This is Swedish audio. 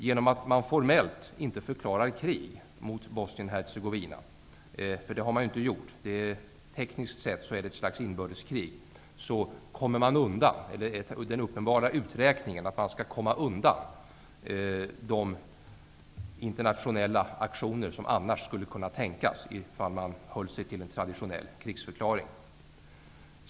Genom att man formellt inte förklarar krig mot Bosnien-Hercegovina, för det har man ju inte gjort -- tekniskt sett är det ett slags inbördeskrig -- är den uppenbara uträkningen att man skall komma undan de internationella aktioner som skulle kunna tänkas, ifall man höll sig till traditionell krigsförklaring.